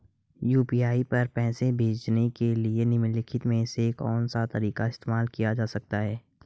UPI पर पैसे भेजने के लिए निम्नलिखित में से कौन सा तरीका इस्तेमाल किया जा सकता है?